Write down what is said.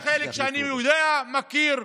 יש חלק שאני יודע, מכיר,